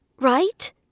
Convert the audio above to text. right